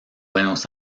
aires